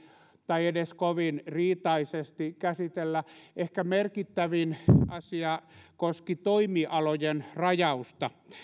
tai edes kovin riitaisesti käsitellä ehkä merkittävin asia koski toimialojen rajausta